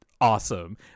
awesome